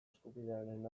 eskubidearen